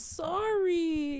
sorry